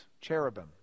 cherubim